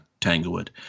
Tanglewood